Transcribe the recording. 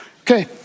Okay